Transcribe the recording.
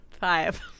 Five